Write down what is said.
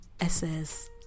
SS